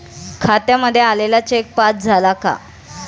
खात्यामध्ये आलेला cheque pass झाला का?